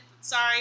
Sorry